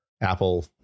Apple